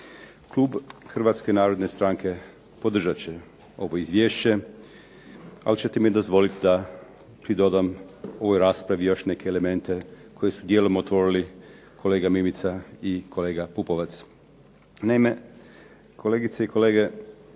Klub Hrvatske narodne stranke podržat će ovo izvješće, ali ćete mi dozvoliti da pridodam ovoj raspravi još neke elemente koji su dijelom otvorili kolega Mimica i kolega Pupovac. Naime, kolegice i kolege,